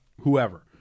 whoever